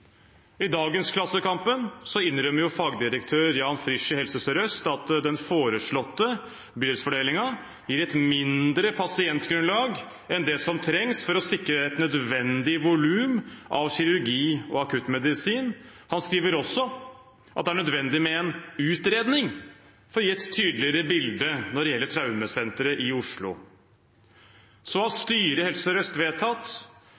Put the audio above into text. I dagens Klassekampen innrømmer fagdirektør Jan Frich i Helse Sør-Øst at den foreslåtte bydelsfordelingen gir et mindre pasientgrunnlag enn det som trengs for å sikre et nødvendig volum av kirurgi og akuttmedisin. Han skriver også at det er nødvendig med en utredning for å gi et tydeligere bilde når det gjelder traumesenteret i Oslo. Styret i Helse Sør-Øst har vedtatt